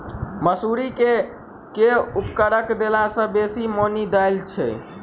मसूरी मे केँ उर्वरक देला सऽ बेसी मॉनी दइ छै?